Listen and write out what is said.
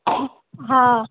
हा